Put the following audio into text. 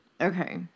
Okay